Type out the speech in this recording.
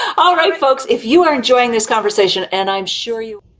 all right, folks. if you are enjoying this conversation and i'm sure you.